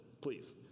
please